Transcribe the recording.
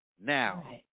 Now